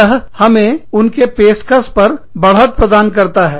यह हमें उनके पेशकश पर बढ़त प्रदान करता है